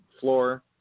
floor